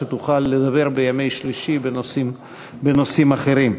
שתוכל לדבר בימי שלישי בנושאים אחרים.